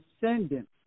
descendants